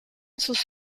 sus